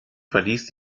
verließ